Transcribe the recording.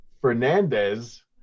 Fernandez